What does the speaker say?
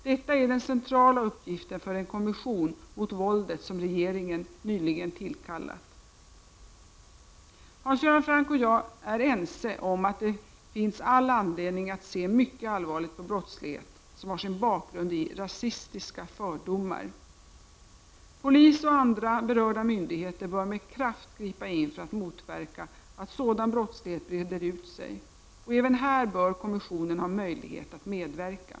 Detta är den centrala uppgiften för den kommission mot våldet som regeringen nyligen tillkallat. Hans Göran Franck och jag är ense om att det finns all anledning att se mycket allvarligt på brottslighet som har sin bakgrund i rasistiska fördomar. Polis och andra berörda myndigheter bör med kraft gripa in för att motverka att sådan brottslighet breder ut sig. Och även här bör kommissionen ha möjlighet att medverka.